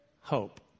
hope